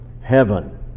heaven